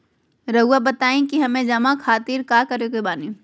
रहुआ बताइं कि हमें जमा खातिर का करे के बानी?